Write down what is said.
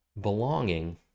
Belonging